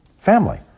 family